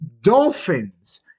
dolphins